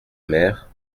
mère